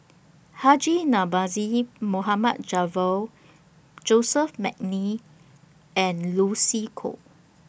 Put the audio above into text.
Haji Namazie Mohamed Javad Joseph Mcnally and Lucy Koh